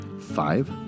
five